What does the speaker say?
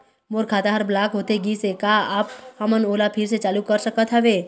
मोर खाता हर ब्लॉक होथे गिस हे, का आप हमन ओला फिर से चालू कर सकत हावे?